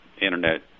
Internet